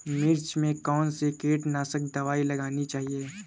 मिर्च में कौन सी कीटनाशक दबाई लगानी चाहिए?